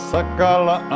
Sakala